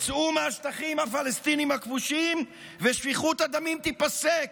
צאו מהשטחים הפלסטיניים הכבושים ושפיכות הדמים תיפסק,